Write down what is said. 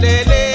Lele